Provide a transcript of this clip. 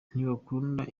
ntibakunda